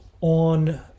on